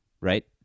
right